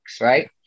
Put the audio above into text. right